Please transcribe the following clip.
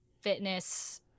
fitness